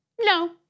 No